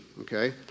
okay